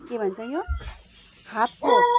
के भन्छ यो हातको